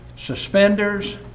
Suspenders